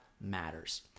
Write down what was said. matters